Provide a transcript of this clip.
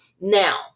Now